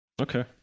okay